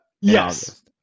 Yes